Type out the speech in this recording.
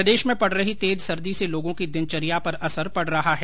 प्रदेश में पड़ रही तेज सर्दी से लोगों की दिनचर्या पर असर पड़ रहा है